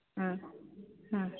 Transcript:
ᱦᱮᱸ ᱦᱮᱸ